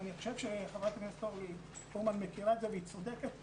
אני חושב שחברת הכנסת אורלי פרומן מכירה את זה והיא צודקת.